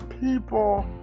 people